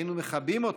היינו מכבים אותו,